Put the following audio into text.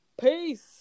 Peace